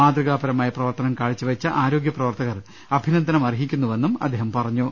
മാതൃകാപരമായ പ്രവർത്തനം കാഴ്ചവെച്ച ആരോഗ്യപ്രവർത്ത കർ അഭിനന്ദനം അർഹിക്കുന്നുവെന്നും അദ്ദേഹം പറഞ്ഞു